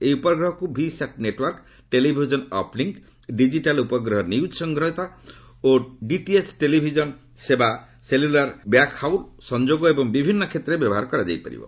ଏହି ଉପଗ୍ରହକୁ VSAT network television uplink digital ଉଗ୍ରହ ନ୍ୟୁକ୍ ସଂଗ୍ରହତା ଡିଟିଏଚ୍ ଟେଲିଭିଜନ ସେବା ସେଲୁଲାର ବ୍ୟାକ୍ ହାଉଲ୍ ସଂଯୋଗ ଏବଂ ବିଭିନ୍ନ କ୍ଷେତ୍ରରେ ବ୍ୟବହାର କରାଯାଇପାରିବ